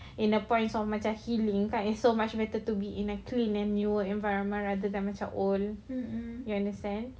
in the point of macam healing kan it's so much better to be in a clean and newer environment rather than macam old you understand